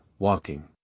Walking